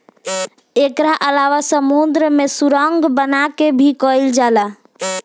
एकरा अलावा समुंद्र में सुरंग बना के भी कईल जाला